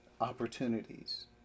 opportunities